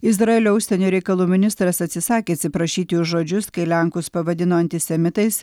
izraelio užsienio reikalų ministras atsisakė atsiprašyti už žodžius kai lenkus pavadino antisemitais